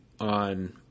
on